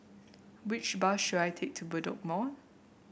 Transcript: which bus should I take to Bedok Mall